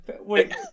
wait